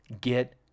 get